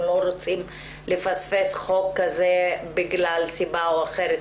לא רוצים לפספס את החוק מסיבה כזו או אחרת.